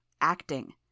acting